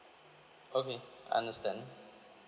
okay understand